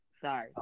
sorry